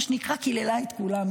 מה שנקרא קיללה את כולם,